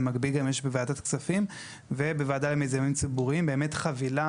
במקביל גם יש בוועדת הכספים ובוועדה למיזמים ציבוריים באמת חבילה